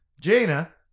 Jaina